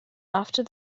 after